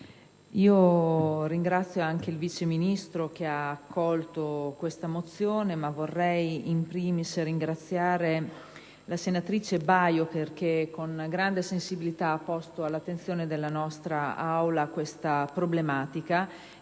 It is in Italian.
ringrazio il Vice Ministro, che ha accolto questa mozione, ma vorrei *in primis* ringraziare la senatrice Baio, che con grande sensibilità ha posto all'attenzione della nostra Aula questa problematica.